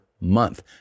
month